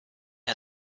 had